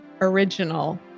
original